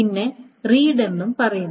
പിന്നെ റീഡ് എന്നും പറയുന്നു